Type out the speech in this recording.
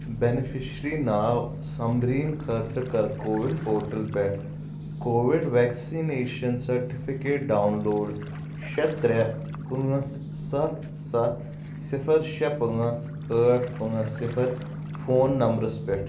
beneficiary ناو سمریٖن خٲطرٕ کر کووِن پورٹل پٮ۪ٹھ Covid vaccination certificate download شےٚ ترٛےٚ پانٛژھ سَتھ سَتھ صِفَر شےٚ پانٛژھ ٲٹھ پانٛژھ صفَر فون نمبرَس پٮ۪ٹھ